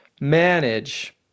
manage